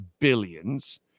billions